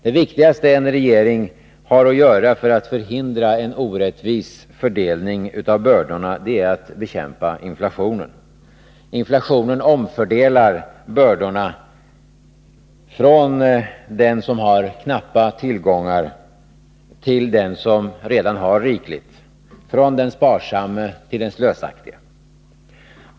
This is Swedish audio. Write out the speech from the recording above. Det viktigaste en regering har att göra för att förhindra en orättvis fördelning av bördorna är att bekämpa inflationen. Inflationen omfördelar bördorna från den som har knappa tillgångar till den som redan har rikligt, från den sparsamme till den slösaktige.